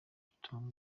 bituma